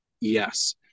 Yes